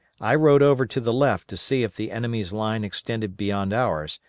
i rode over to the left to see if the enemy's line extended beyond ours,